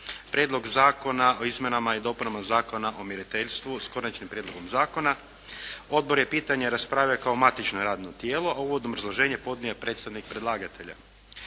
Prijedlog zakona o izmjenama i dopunama Zakona o mjeriteljstvu s konačnim prijedlogom zakona. Odbor je pitanje raspravio kao matično radno tijelo a u uvodno obrazloženje podnio je predstavnik predlagatelja.